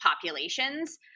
populations